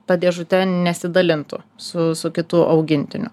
ta dėžute nesidalintų su su kitu augintiniu